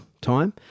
time